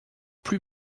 plus